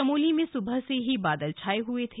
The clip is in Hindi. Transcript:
चमोली में सुबह से ही बादल छाए हुए थे